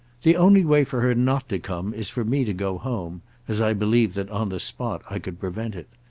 the only way for her not to come is for me to go home as i believe that on the spot i could prevent it.